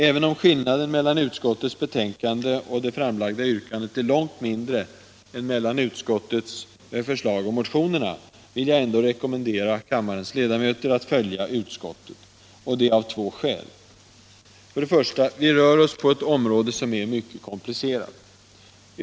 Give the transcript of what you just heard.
Även om skillnaden mellan utskottets förslag och det framlagda yrkandet är långt mindre Nr 36 än mellan utskottets förslag och motionerna, vill jag rekommendera kammarens ledamöter att följa utskottet, och detta av två skäl. För det första rör vi oss på ett område som är mycket komplicerat.